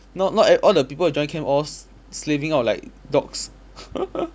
not not e~ all the people who join camp all s~ slaving out like dogs